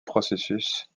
processus